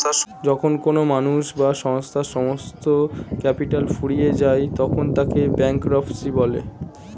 যখন কোনো মানুষ বা সংস্থার সমস্ত ক্যাপিটাল ফুরিয়ে যায় তখন তাকে ব্যাঙ্করাপ্সি বলে